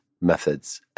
methods